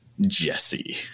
Jesse